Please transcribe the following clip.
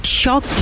shock